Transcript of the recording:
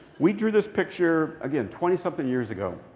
we drew this picture, again, twenty something years ago.